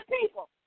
people